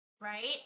right